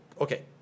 okay